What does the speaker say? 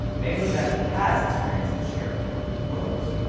bangladesh has experienced its share of political woes.